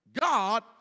God